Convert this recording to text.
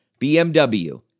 BMW